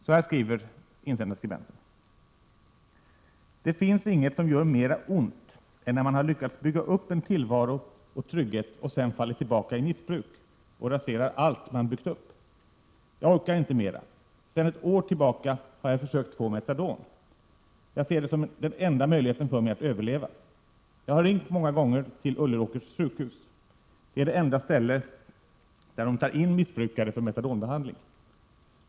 Så här skriver insändarskribenten: ”Det finns inget som gör mer ont än när man har lyckats bygga upp en tillvaro och trygghet och sedan faller tillbaka i missbruk och raserar allt man byggt upp. Jag orkar inte mera. Sedan ett år har jag försökt få metadon. Jag ser det som enda möjlighet för mig att överleva. Jag har ringt många gånger till Ulleråkers sjukhus. Det är det enda ställe där de tar in missbrukare för metadonbehandling.